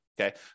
Okay